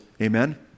Amen